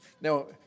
Now